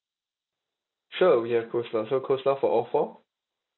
sure we have coleslaw so coleslaw for all four